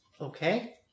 Okay